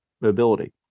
mobility